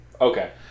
Okay